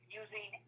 using